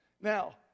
Now